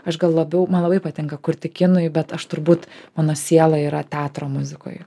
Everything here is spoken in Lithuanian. aš gal labiau man labai patinka kurti kinui bet aš turbūt mano siela yra teatro muzikoje